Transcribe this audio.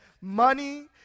money